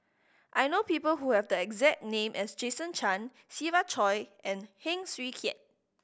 I know people who have the exact name as Jason Chan Siva Choy and Heng Swee Keat